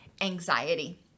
anxiety